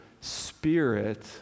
spirit